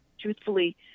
truthfully